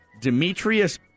Demetrius